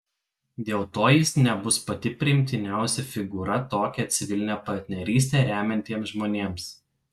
dėl to jis nebus pati priimtiniausia figūra tokią civilinę partnerystę remiantiems žmonėms